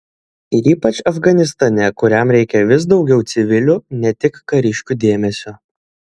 ir ypač afganistane kuriam reikia vis daugiau civilių ne tik kariškių dėmesio